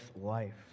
life